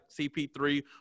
CP3